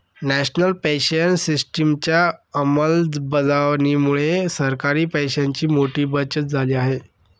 national pension सिस्टिमच्या अंमलबजावणीमुळे सरकारी पैशांची मोठी बचत झाली आहे